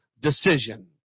decision